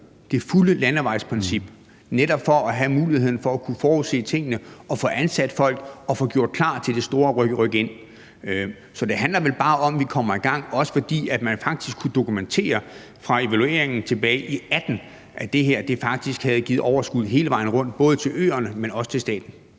det fulde landevejsprincip, netop for at have muligheden for at kunne forudse tingene og få ansat folk og få gjort klar til det store rykind. Så det handler vel bare om, at vi kommer i gang, også fordi man faktisk kunne dokumentere fra evalueringen tilbage i 2018, at det her faktisk havde givet overskud hele vejen rundt, både til øerne, men også til staten.